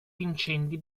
incendi